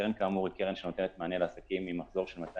הקרן כאמור היא קרן שנותנת מענה לעסקים עם מחזור של 200